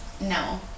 No